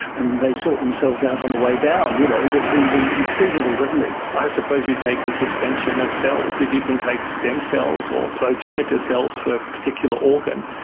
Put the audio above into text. and they sort themselves out on the way down? you know it just seems inconceivable, doesn't it. i suppose you take a suspension of cells. if you can take stem cells or progenitor cells for a particular organ,